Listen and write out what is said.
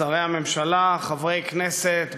שרי הממשלה, חברי כנסת בעבר,